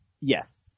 Yes